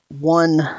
one